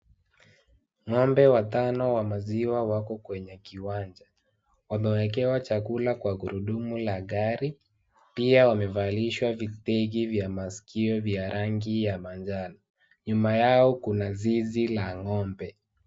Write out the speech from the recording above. Ng'ombe watano wa maziwa wako kwenye kiwanja. Wamewekewa chakula kwa gurudumu la gari. Pia wamevalishwa vitegi vya maskio vya rangi ya manjano. Nyuma yao kuna zizi la Ng'ombe.